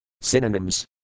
Synonyms